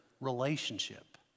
relationship